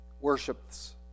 worships